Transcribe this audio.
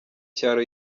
cyaro